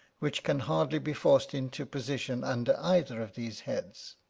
which can hardly be forced into position under either of these heads.